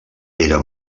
era